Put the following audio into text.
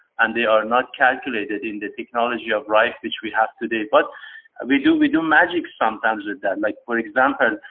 and they are not calculated in the technology of rife which we have today. but we do we do magic sometimes with that. like, for example,